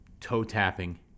toe-tapping